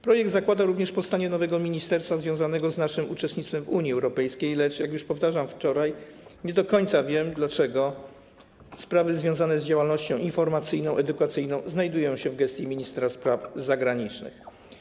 Projekt zakłada również powstanie nowego ministerstwa związanego z naszym uczestnictwem w Unii Europejskiej, lecz - jak już powtarzałem wczoraj - nie do końca wiem, dlaczego sprawy związane z działalnością informacyjną, edukacyjną znajdują się w gestii ministra spraw zagranicznych.